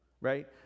right